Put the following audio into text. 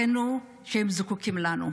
באזרחינו הזקוקים לנו.